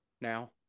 now